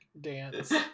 dance